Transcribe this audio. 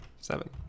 seven